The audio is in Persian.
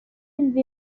این